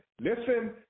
listen